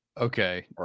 okay